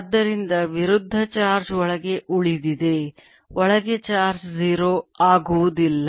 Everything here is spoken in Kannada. ಆದ್ದರಿಂದ ವಿರುದ್ಧ ಚಾರ್ಜ್ ಒಳಗೆ ಉಳಿದಿದೆ ಒಳಗೆ ಚಾರ್ಜ್ 0 ಆಗುವುದಿಲ್ಲ